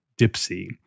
Dipsy